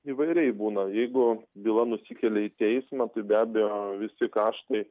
įvairiai būna jeigu byla nusikelia į teismą tai be abejo visi kaštai